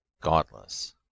godless